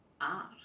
art